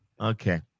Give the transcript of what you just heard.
Okay